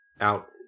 out